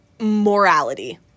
morality